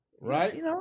Right